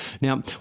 Now